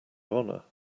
honor